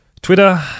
Twitter